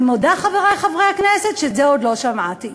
אני מודה, חברי חברי הכנסת, שאת זה עוד לא שמעתי.